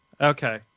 Okay